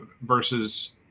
versus